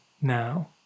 now